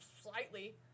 slightly